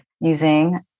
using